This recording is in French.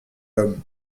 l’homme